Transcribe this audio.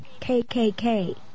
KKK